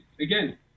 again